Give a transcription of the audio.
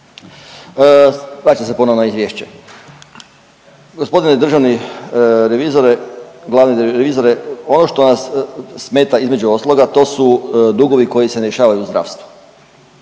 Vraćam se ponovno na izvješće. Gospodine državni revizore, glavni revizore. Ono što nas smeta između ostalog a to su dugovi koji se rješavaju u zdravstvu.